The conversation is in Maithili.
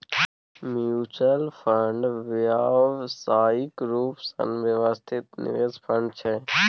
म्युच्युल फंड व्यावसायिक रूप सँ व्यवस्थित निवेश फंड छै